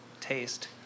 taste